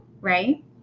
Right